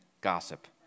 gossip